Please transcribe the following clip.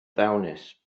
ddawnus